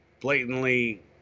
blatantly